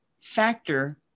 factor